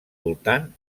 voltant